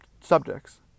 subjects